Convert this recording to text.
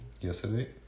yesterday